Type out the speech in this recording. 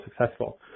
successful